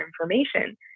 information